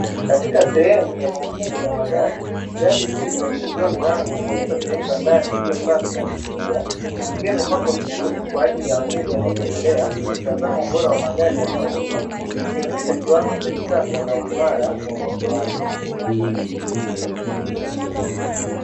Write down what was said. Katika sehemu ya maonyesho ya magari, gari zuri limefunguliwa milango kuonyesha sehemu za ndani iliyo safi na kuvutia, ikiwa imepangwa vizuri kwa ajili ya wateja wanaotembelea kutazama ubora wa magari yanayouzwa, ikionyesha kiwango cha kisasa na uimara wa muundo wake.